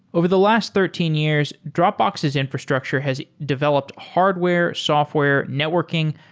over the last thirteen years, dropbox's infrastructure has developed hardware, software, networking,